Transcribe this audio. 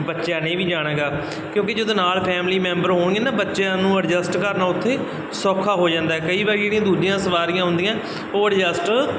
ਬੱਚਿਆਂ ਨੇ ਵੀ ਜਾਣਾ ਗਾ ਕਿਉਂਕਿ ਜਦੋਂ ਨਾਲ ਫੈਮਿਲੀ ਮੈਂਬਰ ਹੋਣਗੇ ਨਾ ਬੱਚਿਆਂ ਨੂੰ ਐਡਜਸਟ ਕਰਨਾ ਉੱਥੇ ਸੌਖਾ ਹੋ ਜਾਂਦਾ ਕਈ ਵਾਰੀ ਜਿਹੜੀਆਂ ਦੂਜੀਆਂ ਸਵਾਰੀਆਂ ਹੁੰਦੀਆਂ ਉਹ ਐਡਜਸਟ